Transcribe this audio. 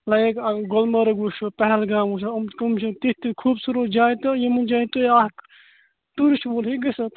like Gulmarg وٕچھو پہلگام وٕچھو یِم یِم چھِ تِتھ تِتھ خوٗبصورت جایہِ تہٕ یِمن جاین تُہۍ اکھ ٹورسٹ وول ہیکہ گٔژھتھ